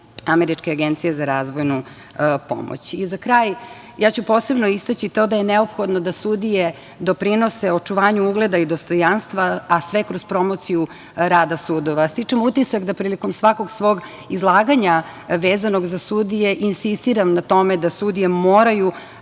američke agencije za razvojnu pomoć.Za kraj ću posebno istaći to da je neophodno da sudije doprinose očuvanju ugleda i dostojanstava, a sve kroz promociju rada sudova. Stičem utisak da prilikom svakog svog izlaganja vezanog za sudije insistiram na tome da sudije moraju